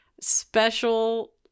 special